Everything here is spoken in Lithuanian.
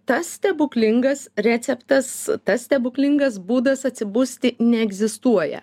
tas stebuklingas receptas tas stebuklingas būdas atsibusti neegzistuoja